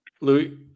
Louis